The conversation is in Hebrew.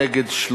נגד,